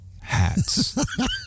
hats